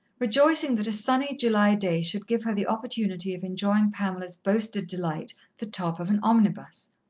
rejoicing that a sunny july day should give her the opportunity of enjoying pamela's boasted delight, the top of an omnibus.